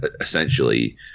essentially